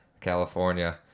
California